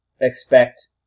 expect